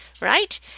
right